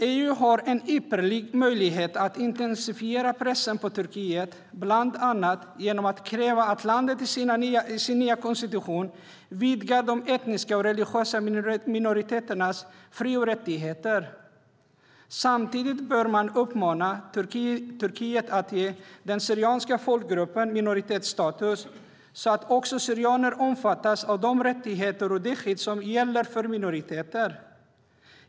EU har en ypperlig möjlighet att intensifiera pressen på Turkiet, bland annat genom att kräva att landet i sin nya konstitution vidgar de etniska och religiösa minoriteternas fri och rättigheter. Samtidigt bör man uppmana Turkiet att ge den syrianska folkgruppen minoritetsstatus, så att också syrianer omfattas av de rättigheter och det skydd som gäller för minoriteter.